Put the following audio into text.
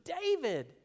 David